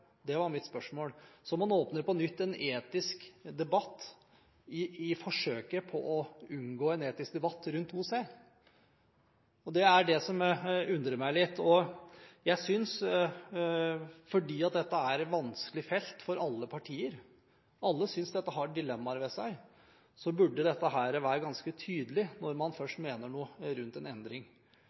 Det var mitt spørsmål. Man åpner altså på nytt en etisk debatt i forsøket på å unngå en etisk debatt rundt § 2 c, og det er det som undrer meg litt. Jeg synes at fordi dette er et vanskelig felt for alle partier – alle synes dette har dilemmaer ved seg – burde det være ganske tydelig når man først mener noe rundt en endring.